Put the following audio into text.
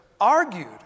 argued